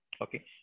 okay